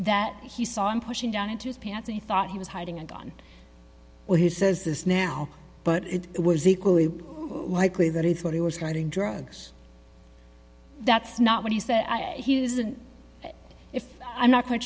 that he saw him pushing down into his pants i thought he was hiding a gun well he says this now but it was equally likely that he thought he was getting drugs that's not what he said he is and if i'm not quite